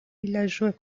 villageois